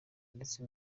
ndetse